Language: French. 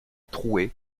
troué